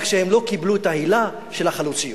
רק שהם לא קיבלו את ההילה של החלוציות,